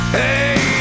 hey